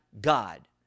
God